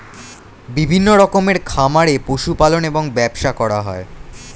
বিভিন্ন রকমের খামারে পশু পালন এবং ব্যবসা করা হয়